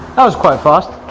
that was quite fast.